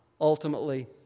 ultimately